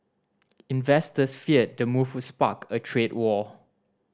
investors feared the move spark a trade war